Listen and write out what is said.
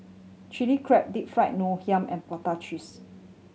Chilli Crab Deep Fried Ngoh Hiang and prata cheese